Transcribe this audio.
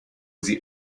sie